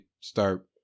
start